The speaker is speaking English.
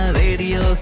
radio